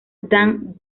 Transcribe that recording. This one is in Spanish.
dan